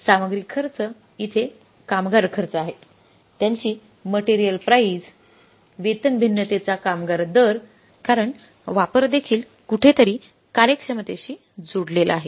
सामग्री खर्च इथे कामगार खर्च आहे त्यांची मटेरियल प्राईझ वेतन भिन्नतेचा कामगार दर करणं वापर देखील कुठेतरी कार्यक्षमतेशी जोडलेला आहे